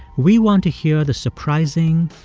we want to hear the surprising,